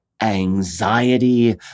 anxiety